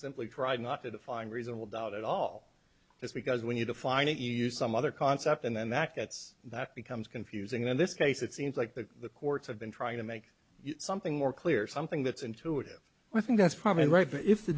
simply tried not to find reasonable doubt at all just because when you define it you use some other concept and then that gets that becomes confusing in this case it seems like that the courts have been trying to make something more clear something that's intuitive i think that's probably right but if the